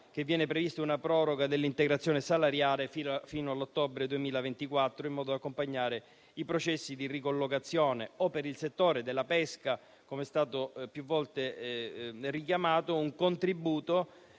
viene prevista una proroga dell'integrazione salariale fino all'ottobre 2024, in modo da accompagnare i processi di ricollocazione. Per il settore della pesca - come è stato più volte richiamato - è stato